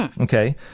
Okay